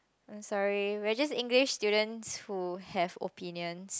I'm sorry we are just English students who have opinions